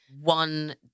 one